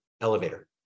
elevator